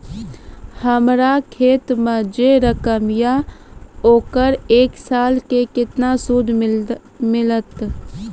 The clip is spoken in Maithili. हमर खाता पे जे रकम या ओकर एक साल मे केतना सूद मिलत?